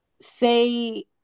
say